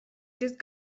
just